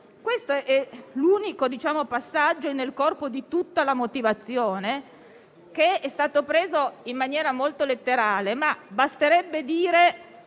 Questo è l'unico passaggio nel corpo di tutta la motivazione che è stato preso in maniera molto letterale, ma basterebbe dire